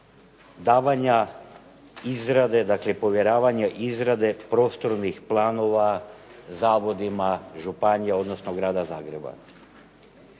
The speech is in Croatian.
davanja izrade, dakle provjeravanja izrade prostornih planova zavodima, županija odnosno Grada Zagreba.